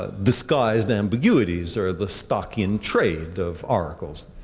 ah disguised ambiguities are the stocking trade of oracles.